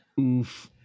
Oof